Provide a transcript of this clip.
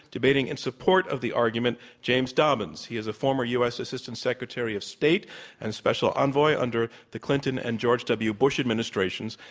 debating in support of the argument, james dobbins he is a former u. s. assistant secretary of state and special envoy under the clinton and george w. bush administrations.